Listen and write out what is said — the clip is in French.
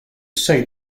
seuil